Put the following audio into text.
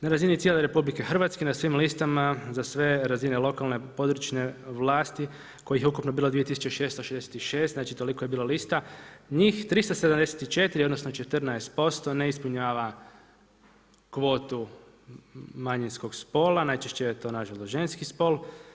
Na razini cijele RH, na svim listama, za sve razine lokalne, područne vlasti kojih je ukupno bilo 2666, znači toliko je bilo lista, njih 374 odnosno 14% ne ispunjava kvotu manjinskog spola, najčešće je to nažalost ženski spol.